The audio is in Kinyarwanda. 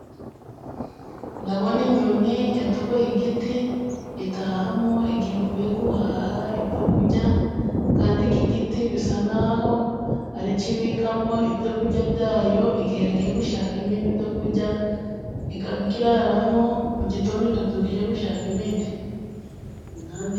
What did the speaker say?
Ndabona inyoni yatoboye igiti itahamo igihe ivuye guhaha ibyo ku kurya, kandi iki giti bisa naho aricyo ibikamo ibyo kurya byayo igihe agiye gushaka ibindi byo kurya. Ikaba ikiraramo mu gitondo ikabyu ijya gushaka ibindi.